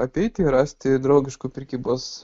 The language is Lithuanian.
apeiti rasti draugiškų prekybos